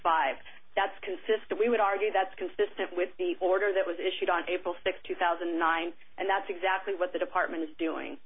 five that's consistent we would argue that's consistent with the order that was issued on april sixth two thousand and nine and that's exactly what the department is doing